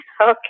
Okay